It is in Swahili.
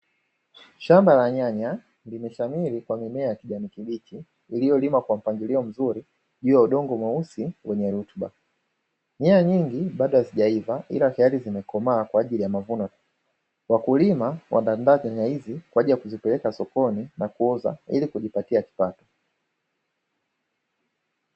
Shamba la nyanya limeshamiri kwa mimea ya kijani kibichi, iliyolimwa kwa mpangilio mzuri juu ya udongo mweusi wenye rutuba. Nyanya nyingi bado hazijaiva ila tayari zimekomaa kwa ajili ya mavuno. Wakulima wameandaa nyanya hizi, kwa ajili ya kuzipeleka sokoni na kuuza, ili kujipatia kipato.